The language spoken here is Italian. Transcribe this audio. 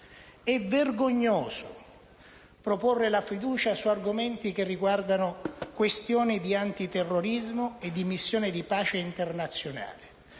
È vergognoso proporre la fiducia su argomenti che riguardano questioni di antiterrorismo e di missioni di pace internazionali.